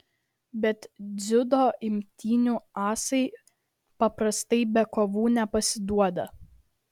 bet dziudo imtynių asai paprastai be kovų nepasiduoda